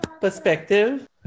perspective